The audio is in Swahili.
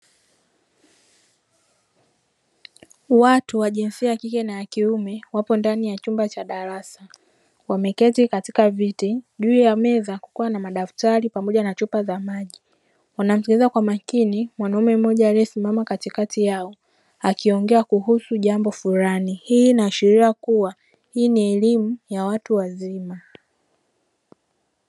Watu wa jinsia ya kike na ya kiume wapo ndani ya chumba cha darasa, wameketi katika viti juu ya meza kukiwa na madaftari pamoja na chupa za maji, wanamsikiliza kwa makini mwanaume mmoja aliyesimama katikati yao akiongea kuhusu jambo fulani. Hii inaashiria kuwa hii ni elimu ya watu wazima.